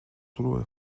through